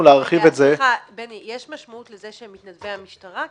סליחה, יש משמעות לזה שהם מתנדבי המשטרה?